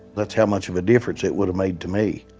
that's how much of a difference it would've made to me.